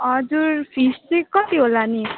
हजुर फिस चाहिँ कति होला नि